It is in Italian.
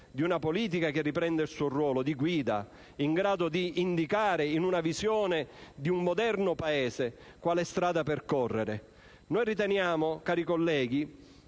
di una politica che riprenda il suo ruolo di guida, in grado di indicare, in una visione di un moderno Paese, quale strada percorrere. Vi riporto, cari colleghi,